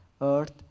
earth